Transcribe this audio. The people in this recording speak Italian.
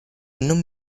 non